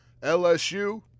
LSU